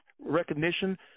recognition